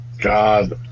god